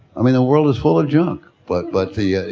i mean the world is full of junk, but, but the,